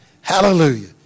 Hallelujah